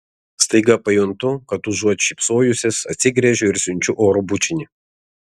staiga pajuntu kad užuot šypsojusis atsigręžiu ir siunčiu oro bučinį